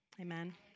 Amen